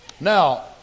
Now